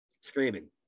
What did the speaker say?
screaming